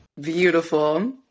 beautiful